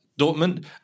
Dortmund